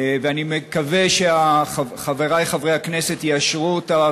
ואני מקווה שחברי חברי הכנסת יאשרו אותה